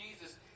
Jesus